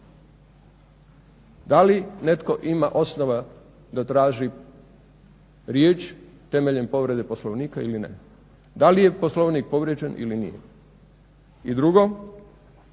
da li netko ima osnova da traži riječ temeljem povrede Poslovnika ili ne, da li je Poslovnik povrijeđen ili nije. I drugo,